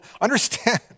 understand